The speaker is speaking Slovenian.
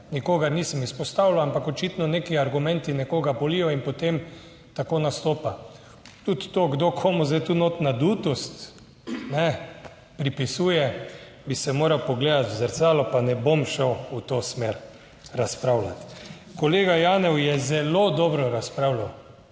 Nikogar nisem izpostavljal, ampak očitno neki argumenti nekoga bolijo in potem tako nastopa. Tudi to, kdo komu zdaj tu notri nadutost, ne, pripisuje, bi se moral pogledati v zrcalo, pa ne bom šel v to smer razpravljati. Kolega Janev je zelo dobro razpravljal,